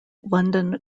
london